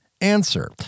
answer